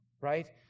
right